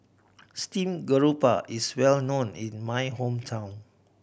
steamed grouper is well known in my hometown